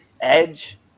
Edge